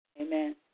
Amen